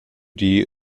die